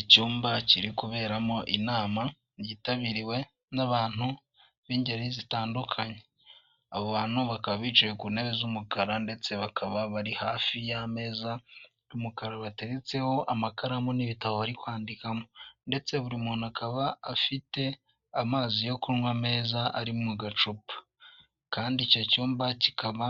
Icyumba kiri kuberamo inama yitabiriwe n'abantu b'ingeri zitandukanye abantu bakaba bicaye ku ntebe z'umukara ndetse bakaba bari hafi y'ameza'umukara bateretseho amakaramu n'ibitabo bari kwandika ndetse buri muntu akaba afite amazi yo kunywa meza ari mu gacupa kandi icyo cyumba kikaba